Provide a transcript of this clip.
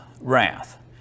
wrath